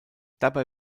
dabei